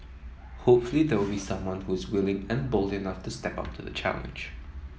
hopefully there will be someone who's willing and bold enough to step up to the challenge